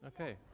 Okay